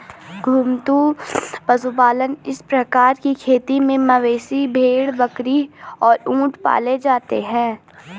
घुमंतू पशुपालन इस प्रकार की खेती में मवेशी, भेड़, बकरी और ऊंट पाले जाते है